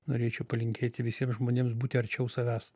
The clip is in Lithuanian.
norėčiau palinkėti visiems žmonėms būti arčiau savęs